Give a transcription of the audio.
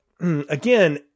again